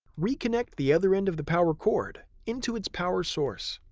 reconnect the other end of the power cord into its power source.